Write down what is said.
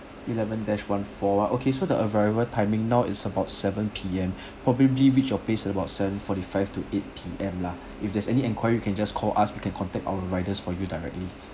eleven dash one four ah okay so the arrival timing now is about seven P_M probably reach your place about seven forty-five to eight P_M lah if there's any enquiry you can just call us we can contact our riders for you directly